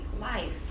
life